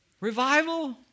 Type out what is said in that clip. Revival